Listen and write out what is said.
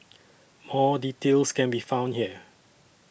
more details can be found here